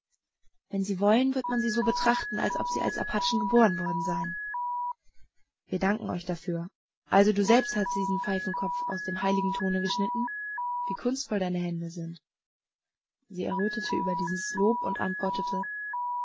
wenn sie wollen wird man sie so betrachten als ob sie als apachen geboren worden seien wir danken euch dafür also du selbst hast diesen pfeifenkopf aus dem heiligen thone geschnitten wie kunstvoll deine hände sind sie errötete über dieses lob und antwortete